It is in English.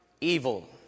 evil